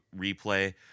replay